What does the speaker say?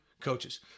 coaches